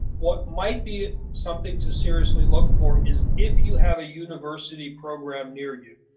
what might be something to seriously look for is if you have a university program near you.